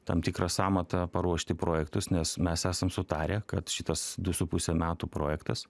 tam tikra sąmata paruošti projektus nes mes esam sutarę kad šitas du su puse metų projektas